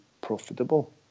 profitable